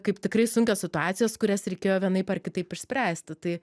kaip tikrai sunkios situacijos kurias reikėjo vienaip ar kitaip išspręsti tai